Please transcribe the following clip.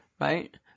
Right